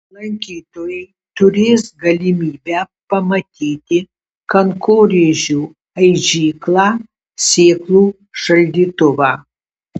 lankytojai turės galimybę pamatyti kankorėžių aižyklą sėklų šaldytuvą